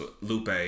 Lupe